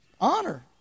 Honor